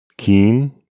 Keen